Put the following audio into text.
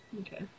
Okay